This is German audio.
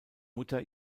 mutter